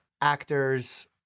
actors